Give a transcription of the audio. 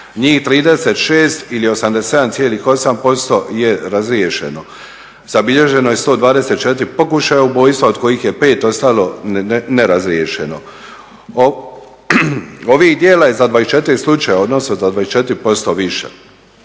Njih 36 ili 87,8% je razriješeno. Zabilježeno je 124 pokušaja ubojstva od kojih je 5 ostalo nerazriješeno. Ovih djela je za 24 slučaja, odnosno za 24% više.